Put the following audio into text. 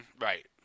Right